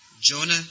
Jonah